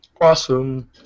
Awesome